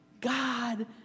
God